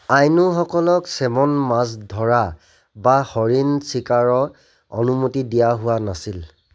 আইনুসকলক ছেমন মাছ ধৰা বা হৰিণ চিকাৰৰ অনুমতি দিয়া হোৱা নাছিল